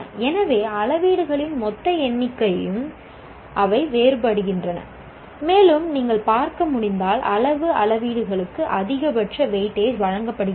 எனவே அளவீடுகளின் மொத்த எண்ணிக்கையும் அவை வேறுபடுகின்றன மேலும் நீங்கள் பார்க்க முடிந்தால் அளவு அளவீடுகளுக்கு அதிகபட்ச வெயிட்டேஜ் வழங்கப்படுகிறது